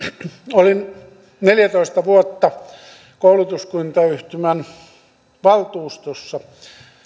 olin neljätoista vuotta koulutuskuntayhtymän valtuustossa